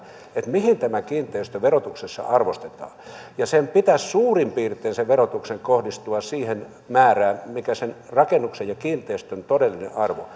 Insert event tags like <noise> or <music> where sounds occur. mihin tämä kiinteistö verotuksessa arvostetaan sen verotuksen pitäisi suurin piirtein kohdistua siihen määrään mikä sen rakennuksen ja kiinteistön todellinen arvo <unintelligible>